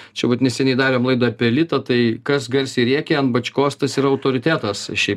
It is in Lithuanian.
čia vat neseniai darėm laidą apie litą tai kas garsiai rėkia ant bačkos tas yra autoritetas šiaip